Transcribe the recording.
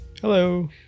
Hello